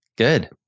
Good